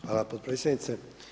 Hvala potpredsjednice.